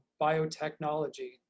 Biotechnology